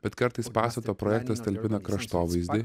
bet kartais pastato projektas talpina kraštovaizdį